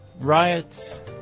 riots